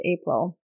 April